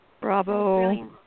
Bravo